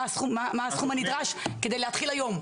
מה הסכום הנדרש כדי להתחיל היום.